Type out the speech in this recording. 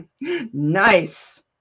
Nice